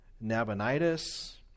Nabonidus